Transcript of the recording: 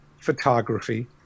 photography